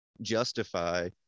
justify